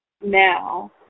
now